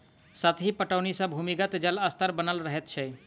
सतही पटौनी सॅ भूमिगत जल स्तर बनल रहैत छै